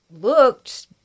looked